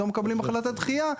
לא מקבלים החלטת דחייה,